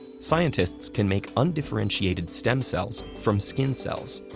scientists can make undifferentiated stem cells from skin cells.